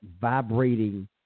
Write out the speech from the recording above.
vibrating